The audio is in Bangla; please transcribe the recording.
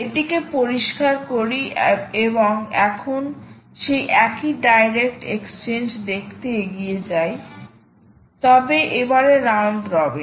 এটিকে পরিষ্কার করি এবং এখন সেই একই ডাইরেক্ট এক্সচেঞ্জ দেখতে এগিয়ে যাই তবে এবারে রাউন্ড রবিন